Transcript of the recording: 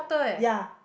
yea